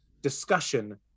discussion